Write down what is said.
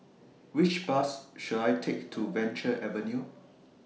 Which Bus should I Take to Venture Avenue